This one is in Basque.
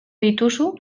dituzu